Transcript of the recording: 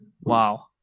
Wow